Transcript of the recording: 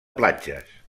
platges